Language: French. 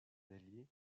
alliés